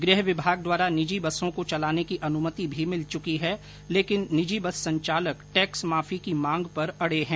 गृह विभाग द्वारा निजी बसों को चलाने की अनुमति भी मिल चुकी है लेकिन निजी बस संचालक टैक्स माफी की मांग पर अड़े हैं